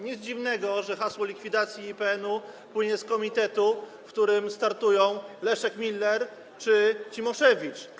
Nic dziwnego, że hasło likwidacji IPN-u płynie z komitetu, w którym startują Leszek Miller czy Cimoszewicz.